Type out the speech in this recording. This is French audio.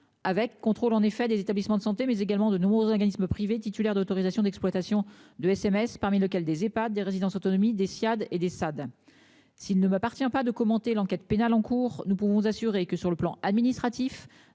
avec contrôle en effet des établissements de santé, mais également de nombreux organismes privés titulaires d'autorisation d'exploitation de SMS, parmi lesquels des Ehpads, des résidences autonomie des Siad et des stades. S'il ne m'appartient pas de commenter l'enquête pénale en cours. Nous pouvons assurer que sur le plan administratif.